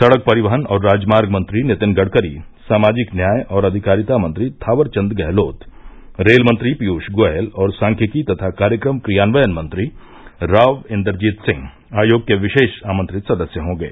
सड़क परिवहन और राजमार्ग मंत्री नितिन गड़करी सामाजिक न्याय और अधिकारिता मंत्री थावर चंद गहलोत रेल मंत्री पीयूष गोयल और सांख्यिकी तथा कार्यक्रम क्रियान्वयन मंत्री राव इंदरजीत सिंह आयोग के विशेष आमंत्रित सदस्य होंगे